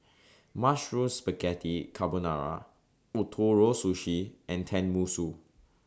Mushroom Spaghetti Carbonara Ootoro Sushi and Tenmusu